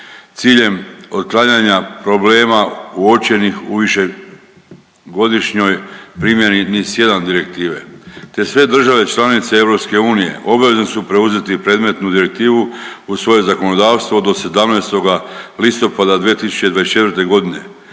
ciljem otklanjanja problema uočenih u višegodišnjoj primjeni NIS1 Direktive te sve države članice EU obvezne su preuzeti predmetnu Direktivu u svoje zakonodavstvo do 17. listopada 2024. godine.